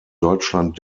deutschland